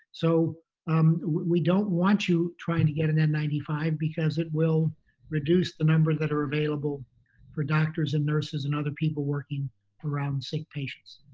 so um we don't want you trying to get an n nine five because it will reduce the number that are available for doctors and nurses and other people working around sick patients.